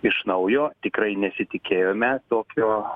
iš naujo tikrai nesitikėjome tokio